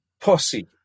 Posse